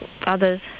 others